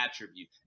attribute